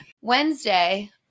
Wednesday